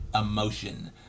emotion